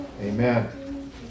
Amen